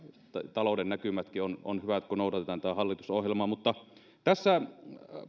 talouden näkymätkin ovat hyvät kun noudatetaan tätä hallitusohjelmaa mutta tässä